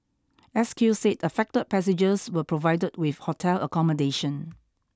S Q said affected passengers were provided with hotel accommodation